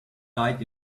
died